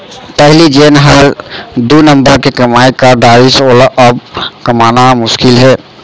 पहिली जेन हर दू नंबर के कमाई कर डारिस वोला अब कमाना मुसकिल हे